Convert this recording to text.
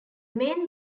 main